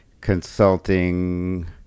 consulting